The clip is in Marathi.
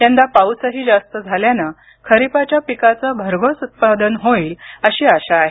यंदा पाऊसही जास्त झाल्यानं खरीपाच्या पिकाचं भरघोस उत्पादन होईल अशी आशा आहे